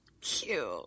cute